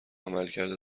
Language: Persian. عملکرد